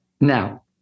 Now